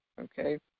Okay